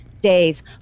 days